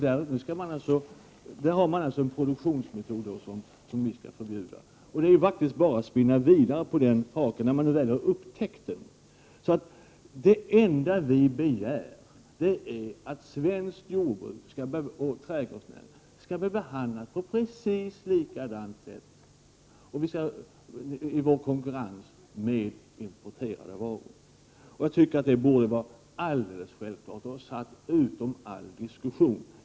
Det är en produktionsmetod som vi kan förbjuda. Det är faktiskt bara att spinna vidare på den haken, när man nu har upptäckt den. Det enda vi begär är att produkter från svenskt jordbruk och svensk trädgårdsnäring skall bli behandlade på samma sätt som importerade varor i denna konkurrens. Jag tycker att det borde vara helt självklart och satt utom all diskussion.